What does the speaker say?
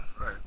right